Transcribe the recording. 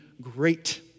great